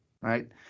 right